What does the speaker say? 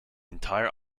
entire